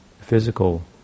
physical